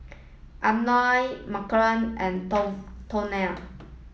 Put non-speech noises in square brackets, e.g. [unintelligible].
Ammon Marcy and [unintelligible] Toriano